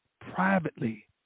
privately